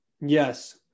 yes